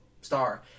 star